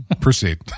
Proceed